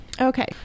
okay